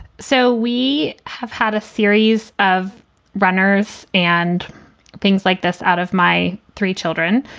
so we have had a series of runners and things like this out of my three children.